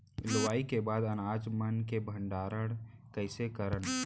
लुवाई के बाद अनाज मन के भंडारण कईसे करन?